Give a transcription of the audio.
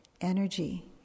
energy